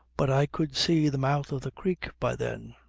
but i could see the mouth of the creek by then.